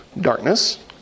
darkness